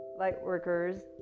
Lightworkers